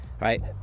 right